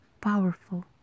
Powerful